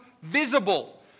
visible